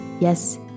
Yes